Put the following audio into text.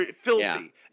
filthy